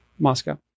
Moscow